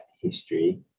history